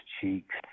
cheeks